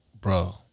bro